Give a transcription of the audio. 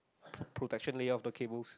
potentially of the K booth